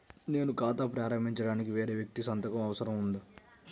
నేను ఖాతా ప్రారంభించటానికి వేరే వ్యక్తి సంతకం అవసరం ఉందా?